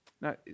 Now